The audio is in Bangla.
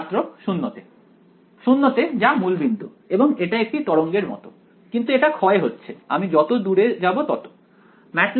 ছাত্র 0 তে 0 তে যা মূলবিন্দু এবং এটা একটি তরঙ্গের মত কিন্তু আমি যত দূরে যাচ্ছি তত এটা ক্ষয় হচ্ছে